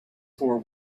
four